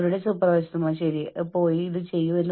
പ്രധാനപ്പെട്ട രേഖകളുമായി ദയവായി ഇത് ചെയ്യരുത്